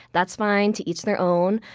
that's fine, to each their own.